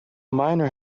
miner